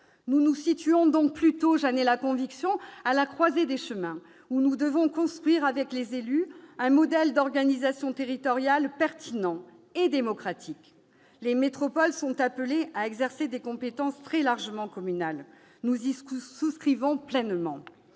nous nous situons plutôt à la croisée des chemins : nous devons construire, avec les élus, un modèle d'organisation territoriale pertinent et démocratique. Les métropoles sont appelées à exercer des compétences très largement communales. Nous y souscrivons pleinement.